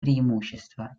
преимущества